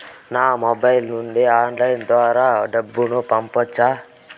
నా మొబైల్ నుండి ఆన్లైన్ ద్వారా డబ్బును పంపొచ్చా